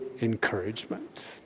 encouragement